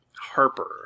Harper